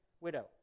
widow